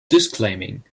disclaiming